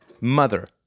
mother